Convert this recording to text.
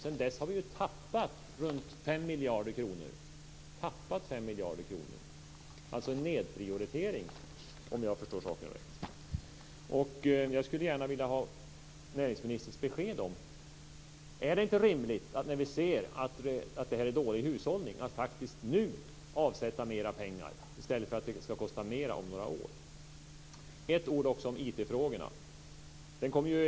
Sedan dess har vi ju tappat runt 5 miljarder kronor. Det är alltså en nedprioritering, om jag förstår saken rätt. Jag skulle gärna vilja ha näringsministerns besked: Är det inte rimligt, när vi ser att det är dålig hushållning, att avsätta mera pengar nu i stället för att det ska kosta mer om några år? Jag ska också säga några ord om IT-frågorna.